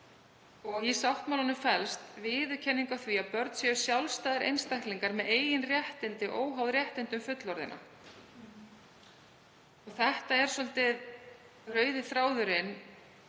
Í sáttmálanum felst viðurkenning á því að börn séu sjálfstæðir einstaklingar með eigin réttindi, óháð réttindum fullorðinna. Þetta er svolítið rauði þráðurinn